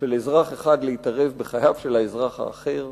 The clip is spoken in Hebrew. של אזרח אחד להתערב בחייו של האזרח האחר.